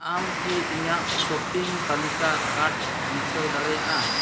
ᱟᱢ ᱠᱤ ᱤᱧᱟᱹᱜ ᱥᱚᱯᱤᱝ ᱛᱟᱹᱞᱤᱠᱟ ᱠᱟᱨᱰ ᱢᱩᱪᱷᱟᱹᱣ ᱫᱟᱲᱮᱭᱟᱜᱼᱟ